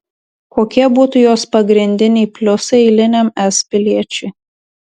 kokie būtų jos pagrindiniai pliusai eiliniam es piliečiui